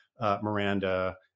Miranda